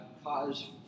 cause